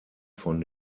von